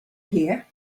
here